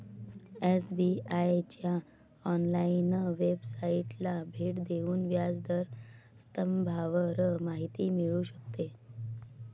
SBI च्या online वेबसाइटला भेट देऊन व्याज दर स्तंभावर माहिती मिळू शकते